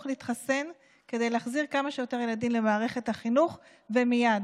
להתחסן כדי להחזיר כמה שיותר ילדים למערכת החינוך ומייד.